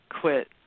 quit